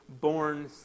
born